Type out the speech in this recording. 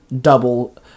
Double